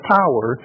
power